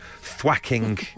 thwacking